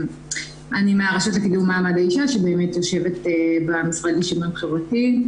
אני מהרשות לקידום מעמד האישה שבאמת יושבת במשרד לשוויון חברתי,